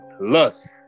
lust